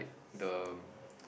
the